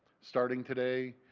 starting today,